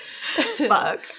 Fuck